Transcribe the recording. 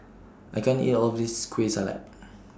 I can't eat All of This Kueh Salat